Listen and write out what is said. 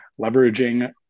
leveraging